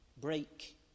Break